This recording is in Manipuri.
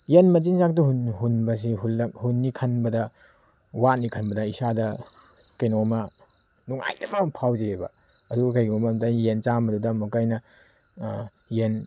ꯌꯦꯟ ꯃꯆꯤꯟꯖꯥꯛꯇꯨ ꯍꯨꯟꯕꯁꯤ ꯍꯨꯟꯅꯤ ꯈꯟꯕꯗ ꯋꯥꯅꯤ ꯈꯟꯕꯗ ꯏꯁꯥꯗ ꯀꯩꯅꯣꯃ ꯅꯨꯡꯉꯥꯏꯇꯕ ꯑꯃ ꯐꯥꯎꯖꯩꯑꯕ ꯑꯗꯨꯒ ꯀꯔꯤꯒꯨꯝꯕ ꯑꯝꯇ ꯌꯦꯟ ꯆꯥꯝꯃꯗꯨꯗ ꯑꯃꯨꯛꯀ ꯑꯩꯅ ꯌꯦꯟ